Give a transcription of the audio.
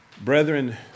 Brethren